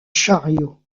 chariot